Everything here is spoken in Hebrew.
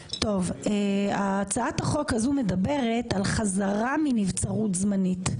הצעת החוק הזו מדברת על חזרה מנבצרות זמנית.